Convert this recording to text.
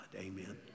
Amen